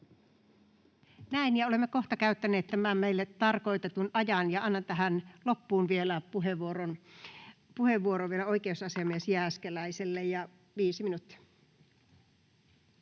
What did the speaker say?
Näin. — Olemme kohta käyttäneet tämän meille tarkoitetun ajan, ja annan tähän loppuun vielä puheenvuoron oikeusasiamies Jääskeläiselle, 5 minuuttia.